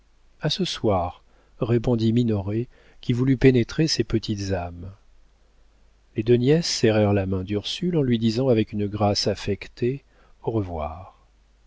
ce soir répondit minoret qui voulut pénétrer ces petites âmes les deux nièces serrèrent la main d'ursule en lui disant avec une grâce affectée au revoir